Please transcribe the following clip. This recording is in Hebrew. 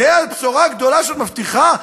זו הבשורה הגדולה שאת מבטיחה?